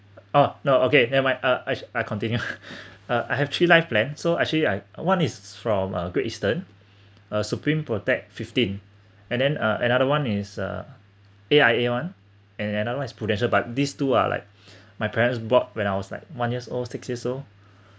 oh no okay never mind uh I I continue I have three life plan so actually I one is from uh Great Eastern uh supreme protect fifteen and then uh another one is uh A_I_A [one] and another one is Prudential but these two are like my parents bought when I was like one year old six years old